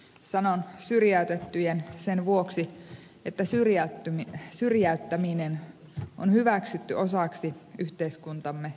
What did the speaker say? sanon syrjäytettyjen sen vuoksi että syrjäyttäminen on hyväksytty osaksi yhteiskuntamme toimintatapaa